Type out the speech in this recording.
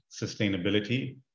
sustainability